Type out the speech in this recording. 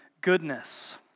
goodness